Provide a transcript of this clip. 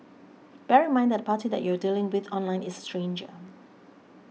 bear in mind that the party that you are dealing with online is stranger